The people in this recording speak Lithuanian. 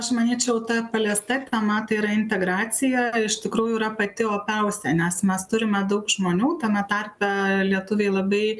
aš manyčiau ta paliesta tema tai yra integracija iš tikrųjų yra pati opiausia nes mes turime daug žmonių tame tarpe lietuviai labai